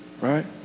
right